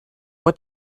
what